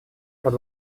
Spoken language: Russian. под